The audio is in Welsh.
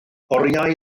oriau